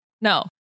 No